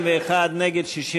קבוצת סיעת המחנה הציוני,